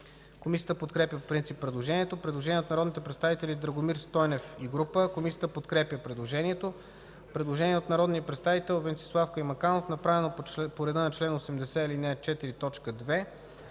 Комисията подкрепя по принцип предложението. Предложение от народните представители Драгомир Стойнев и група. Комисията подкрепя предложението. Предложение от народния представител Венцислав Каймаканов, направено по реда на чл. 80, ал.